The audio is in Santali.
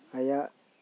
ᱟᱭᱟᱜ